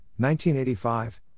1985